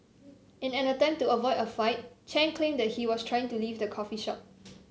in an attempt to avoid a fight Chen claimed that he was trying to leave the coffee shop